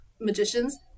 magicians